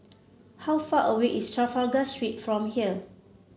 how far away is Trafalgar Street from here